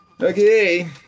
Okay